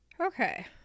Okay